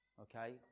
Okay